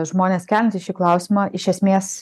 žmonės keliantys šį klausimą iš esmės